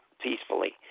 peacefully